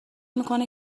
میکنه